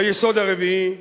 היסוד הרביעי,